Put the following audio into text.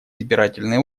избирательные